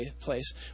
place